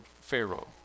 Pharaoh